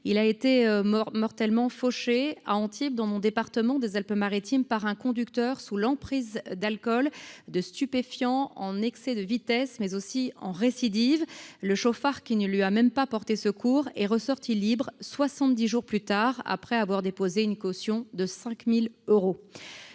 il a été mortellement fauché à Antibes, dans mon département des Alpes Maritimes, par un conducteur sous l’emprise de l’alcool et de stupéfiants, en excès de vitesse et, qui plus est, en récidive. Le chauffard, qui ne lui a même pas porté secours, est ressorti libre soixante dix jours plus tard, après avoir déposé une caution de 5 000 euros.